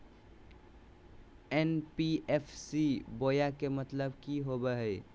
NBFC बोया के मतलब कि होवे हय?